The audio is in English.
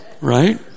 Right